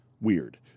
weird